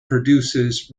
produces